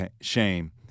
shame